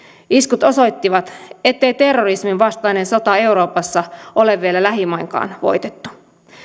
iskut osoittivat ettei terrorismin vastainen sota euroopassa ole vielä lähimainkaan voitettu